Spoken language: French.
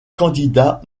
candidat